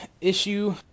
issue